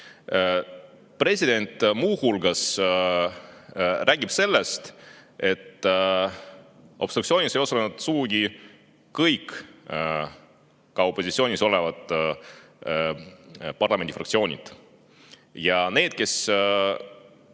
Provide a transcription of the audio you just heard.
President muu hulgas räägib sellest, et obstruktsioonis ei osalenud sugugi kõik opositsioonis olevad parlamendifraktsioonid, aga ka need, kes